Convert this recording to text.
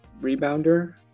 rebounder